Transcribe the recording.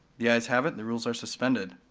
the ayes have it, the rules are suspended.